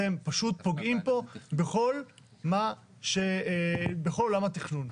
אתם פשוט פוגעים פה בכל עולם התכנון.